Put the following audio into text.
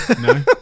No